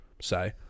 say